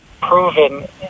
proven